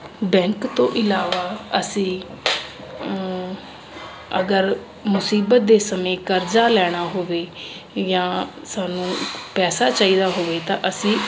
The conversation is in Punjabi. ਬੈਂਕ ਤੋਂ ਇਲਾਵਾ ਅਸੀਂ ਅਗਰ ਮੁਸੀਬਤ ਦੇ ਸਮੇਂ ਕਰਜ਼ਾ ਲੈਣਾ ਹੋਵੇ ਜਾਂ ਸਾਨੂੰ ਪੈਸਾ ਚਾਹੀਦਾ ਹੋਵੇ ਤਾਂ ਅਸੀਂ